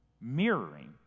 mirroring